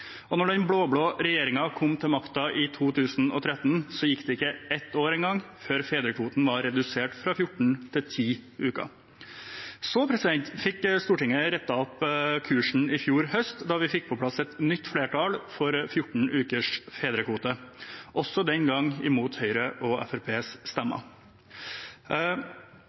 den blå-blå regjeringen kom til makten i 2013, gikk det ikke ett år engang før fedrekvoten var redusert fra 14 til 10 uker. I fjor høst fikk Stortinget rettet opp kursen da vi fikk på plass et nytt flertall for 14 ukers fedrekvote, også den gangen mot Høyre og Fremskrittspartiets stemmer,